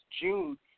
June